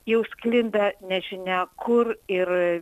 jau sklinda nežinia kur ir